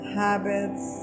habits